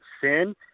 sin